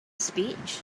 speech